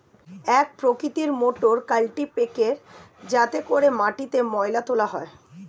এক প্রকৃতির মোটর কাল্টিপ্যাকের যাতে করে মাটিতে ময়লা তোলা হয়